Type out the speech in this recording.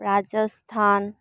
Rajasthan